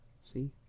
See